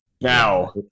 Now